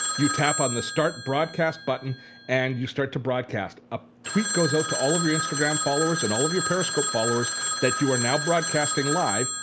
you tap on the start broadcast button and you start to broadcast. a tweet goes out to all your instagram followers and all of your periscope followers that you are now broadcasting live.